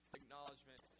acknowledgement